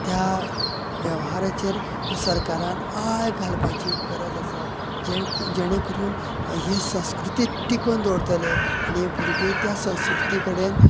त्या वेव्हाराचेर सरकारान आळ घालपाची गरज आसा जेणजेणे करून हे संस्कृती टिकोवन दवरतले आनी हे भुरगे त्या संस्कृती कडेन